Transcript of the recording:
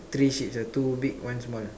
three sheeps ah two big one small